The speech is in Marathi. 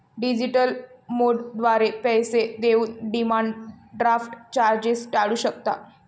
डिजिटल मोडद्वारे पैसे देऊन डिमांड ड्राफ्ट चार्जेस टाळू शकता